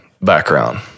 background